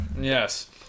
Yes